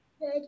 good